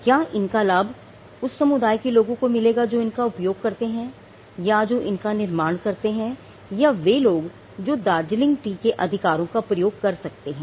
क्या इनका लाभ उस समुदाय के लोगों को मिलेगा जो इनका उपयोग करते हैं या जो इनका निर्माण करते हैं या वे लोग जो दार्जिलिंग टी के अधिकारों का प्रयोग कर सकते हैं